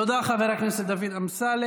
תודה, חבר הכנסת דוד אמסלם.